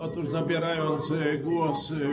Otóż zabierając głos.